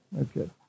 Okay